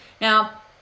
now